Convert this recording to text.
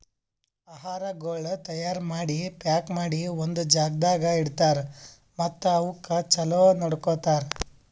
ಆಹಾರಗೊಳ್ ತೈಯಾರ್ ಮಾಡಿ, ಪ್ಯಾಕ್ ಮಾಡಿ ಒಂದ್ ಜಾಗದಾಗ್ ಇಡ್ತಾರ್ ಮತ್ತ ಅವುಕ್ ಚಲೋ ನೋಡ್ಕೋತಾರ್